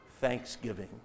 thanksgiving